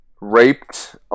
raped